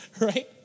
right